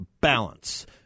BALANCE